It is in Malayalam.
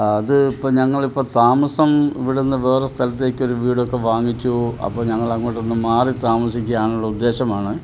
അത് ഇപ്പം ഞങ്ങൾ ഇപ്പം താമസം ഇവിടെ നിന്ന് വേറെ സ്ഥലത്തേക്ക് ഒരു വീടൊക്കെ വാങ്ങിച്ചു അപ്പം ഞങ്ങൾ അങ്ങോട്ടൊന്ന് മാറി താമസിക്കാനുള്ള ഉദ്ദേശമാണ്